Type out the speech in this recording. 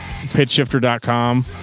Pitchshifter.com